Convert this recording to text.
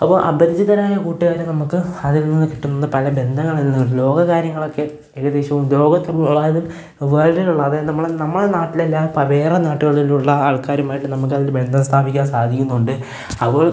അപ്പോൾ അപരിചിതരായ കൂട്ടുകാരെ നമക്ക് അതിൽനിന്ന് കിട്ടുന്ന പല ബന്ധങ്ങളില്നിന്ന് ലോക കാര്യങ്ങളക്കെ ഏകദേശം ലോകത്ത് പോവാനും വേൾഡിലുള്ള അത് നമ്മളെ നമ്മളെ നാട്ടിലല്ലാത്ത ഇപ്പം വേറെ നാട്ടുകളിലുള്ള ആൾക്കാരുമായിട്ട് നമുക്ക് അതിൽ ബന്ധം സ്ഥാപിക്കാൻ സാധിക്കുന്നുണ്ട് അപ്പോൾ